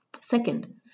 Second